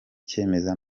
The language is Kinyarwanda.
cyemezo